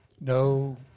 No